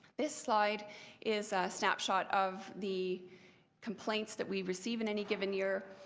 this slide is a snap shot of the complaints that we received and any given year.